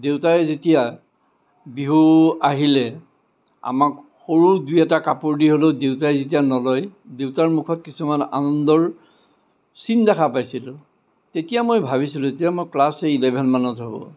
দেউতাই যেতিয়া বিহু আহিলে আমাক সৰু দুই এটা কাপোৰ দি হ'লেও দেউতাই যেতিয়া নলয় দেউতাৰ মুখত কিছুমান আনন্দৰ চিন দেখা পাইছিলোঁ তেতিয়া মই ভাবিছিলো তেতিয়া মই ক্লাছ এলেভেনমানত হ'ব